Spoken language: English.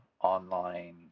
online